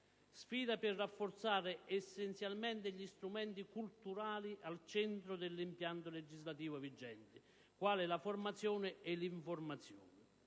Sfida per rafforzare essenzialmente gli strumenti culturali al centro dell'impianto legislativo vigente, quali la formazione e l'informazione.